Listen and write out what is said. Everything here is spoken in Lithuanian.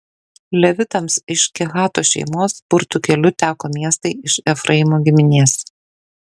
levitams iš kehato šeimos burtų keliu teko miestai iš efraimo giminės